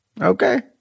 Okay